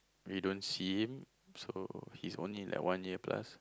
we don't see him so he's only like one year plus